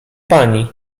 pani